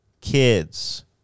kids